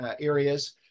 areas